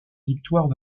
victoires